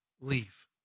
leave